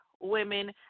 Women